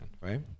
right